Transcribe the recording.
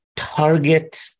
Target